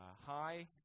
high